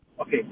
okay